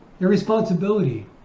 irresponsibility